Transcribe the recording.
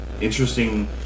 interesting